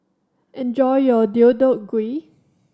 enjoy your Deodeok Gui